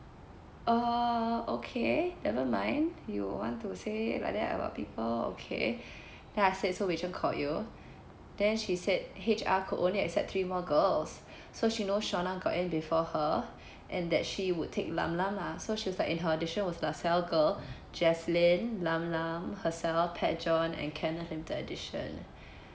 uh okay nevermind you want to say like that about people okay ya then I said so rachel called you then she said H_R could only accept three more girls so she knows shauna got in before her and that she would take lam lam lah so she was like in her audition was the cell girl jaslyn lam lam herself pajon and kenneth in the audition